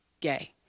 gay